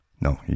No